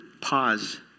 pause